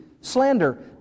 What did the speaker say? Slander